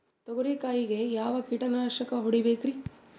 ತೊಗರಿ ಕಾಯಿಗೆ ಯಾವ ಕೀಟನಾಶಕ ಹೊಡಿಬೇಕರಿ?